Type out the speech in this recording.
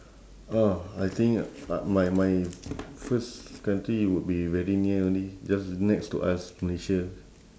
oh I think my my first country would be very near only just next to us malaysia